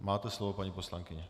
Máte slovo, paní poslankyně.